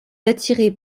attiré